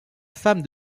femme